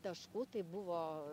taškų tai buvo